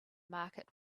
market